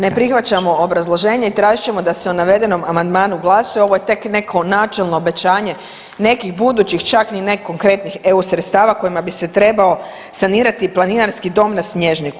Ne prihvaćamo obrazloženje i tražit ćemo da se o navedenom amandmanu glasuje ovo je tek neko načelno obećanje nekih budućih čak ni ne konkretnih EU sredstava kojima bi se trebao sanirati Planinarski dom na Snježniku.